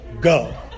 Go